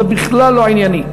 זה בכלל לא ענייני.